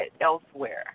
elsewhere